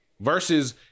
Versus